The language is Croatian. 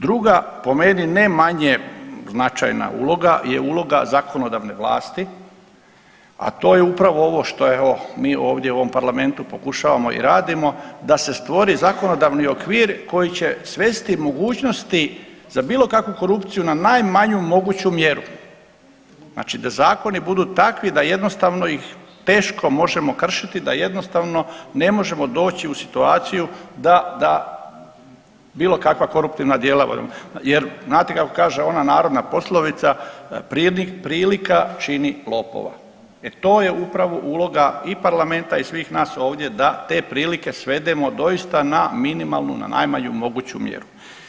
Druga po meni ne manje značajna uloga je uloga zakonodavne vlasti, a to je upravo ovo što mi ovdje u ovom Parlamentu pokušavamo i radimo da se stvori zakonodavni okvir koji će svesti mogućnosti za bilo kakvu korupciju na najmanju moguću mjeru, znači da zakoni budu takvi da jednostavno ih teško možemo kršiti, da jednostavno ne možemo doći u situaciju da bilo kakva koruptivna djela jer znate kako kaže ona narodna poslovica prilika čini lopova, e to je upravo uloga i Parlamenta i svih nas ovdje da te prilike svedemo doista na minimalnu, na najmanju moguću mjeru.